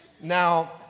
Now